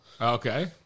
Okay